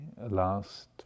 last